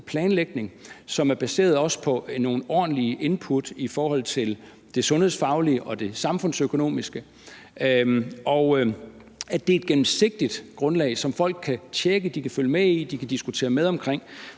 planlægning, som også er baseret på nogle ordentlige input i forhold til det sundhedsfaglige og det samfundsøkonomiske, og at det er et gennemsigtigt grundlag, som folk tjekker, følger med i og diskuterer med om.